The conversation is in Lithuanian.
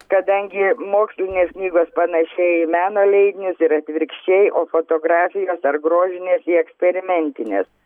kadangi mokslinės knygos panašėja į meno leidinius ir atvirkščiai o fotografijos ar grožinės į eksperimentines